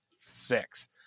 six